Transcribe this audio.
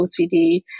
OCD